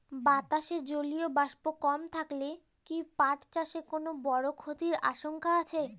বাতাসে জলীয় বাষ্প কম থাকলে কি পাট চাষে কোনো বড় ক্ষতির আশঙ্কা আছে?